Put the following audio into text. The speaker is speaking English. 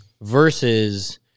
versus